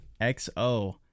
XO